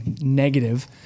negative